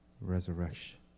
resurrection